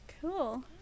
Cool